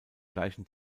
gleichen